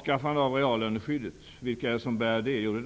vilka är det som bär avskaffandet av reallöneskyddet?